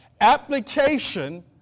Application